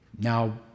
now